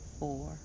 four